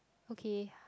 okay